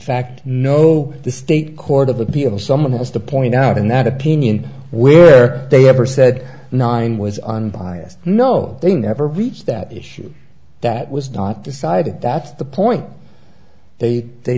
fact no the state court of appeal someone has to point out in that opinion where they ever said nine was unbiased no they never reached that issue that was not decided that's the point they they